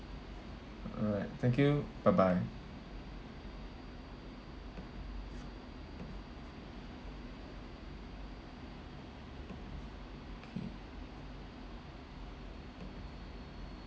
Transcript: alright thank you bye bye